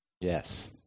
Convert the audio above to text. Yes